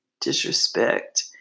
disrespect